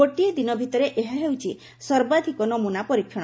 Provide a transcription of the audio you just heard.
ଗୋଟିଏ ଦିନ ଭିତରେ ଏହା ହେଉଛି ସର୍ବାଧିକ ନମୁନା ପରୀକ୍ଷଣ